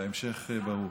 וההמשך ברור.